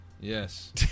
yes